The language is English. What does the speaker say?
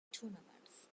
tournaments